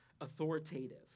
authoritative